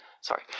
Sorry